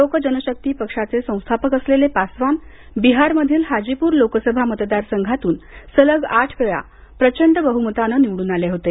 लोक जनशक्ती पक्षाचे संस्थापक असलेले पासवान बिहार मधील हाजीपूर लोकसभा मतदार संघातून सलग आठ वेळा प्रचंड बह्मताने निवडून आले होते